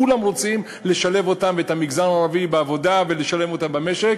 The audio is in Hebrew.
כולם רוצים לשלב אותם ואת המגזר הערבי בעבודה ולשלב אותם במשק.